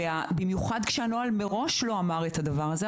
במיוחד כשהנוהל מראש לא אמר את הדבר הזה.